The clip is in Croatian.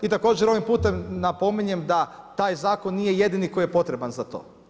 I također ovim putem napominjem da taj zakon nije jedini koji je potreban za to.